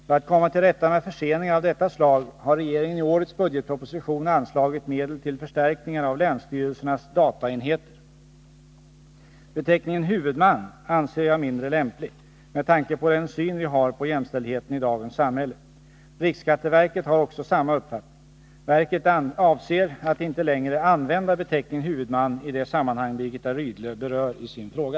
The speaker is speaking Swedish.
För att komma till rätta med förseningar av detta slag har regeringen i årets budgetproposition anslagit medel till förstärkningar av länsstyrelsernas dataenheter. Beteckningen ”huvudman” anser jag mindre lämplig, med tanke på den syn vi har på jämställdheten i dagens samhälle. Riksskatteverket har också samma uppfattning. Verket avser att inte längre använda beteckningen ”huvudman” i det sammanhang Birgitta Rydle berör i sin fråga.